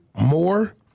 more